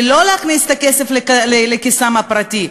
ולא להכניס את הכסף לכיסם הפרטי,